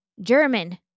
German